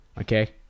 okay